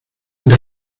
und